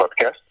podcast